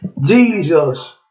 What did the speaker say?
Jesus